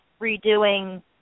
redoing